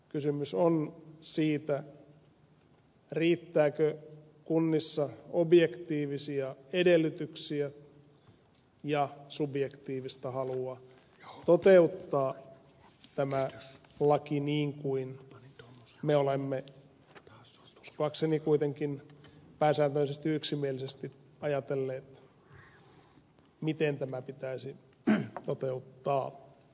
kysymys on siitä riittääkö kunnissa objektiivisia edellytyksiä ja subjektiivista halua toteuttaa tämä laki niin kuin me olemme uskoakseni kuitenkin pääsääntöisesti yksimielisesti ajatelleet miten tämä pitäisi toteuttaa